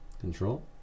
Control